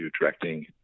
directing